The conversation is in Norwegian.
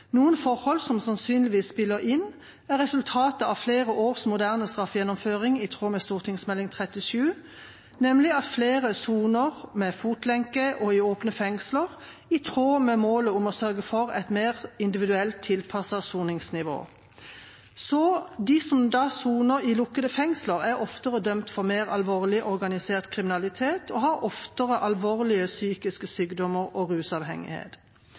Noen forhold som sannsynligvis spiller inn, er resultatet av flere års moderne straffegjennomføring i tråd med St.meld. nr. 37 for 2007–2008, nemlig at flere soner med fotlenke og i åpne fengsler, i tråd med målet om å sørge for et mer individuelt tilpasset soningsnivå. De som soner i lukkede fengsler, er oftere dømt for alvorlig, organisert kriminalitet og har oftere alvorlige psykiske sykdommer og rusavhengighet.